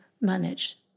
manage